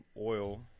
oil